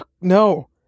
No